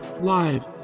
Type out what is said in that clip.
live